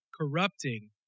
corrupting